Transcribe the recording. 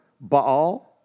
Baal